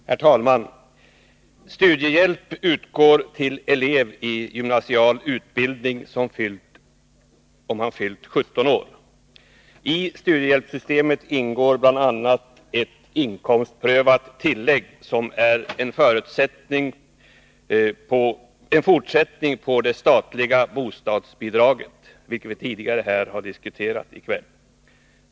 Herr talman! Studiehjälp utgår till elev i gymnasial utbildning, om denne har fyllt 17 år. I studiehjälpssystemet ingår bl.a. ett inkomstprövat tillägg som är en fortsättning på det statliga bostadsbidraget, vilket vi har diskuterat här tidigare i kväll.